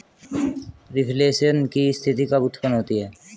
Reflation की स्थिति कब उत्पन्न होती है?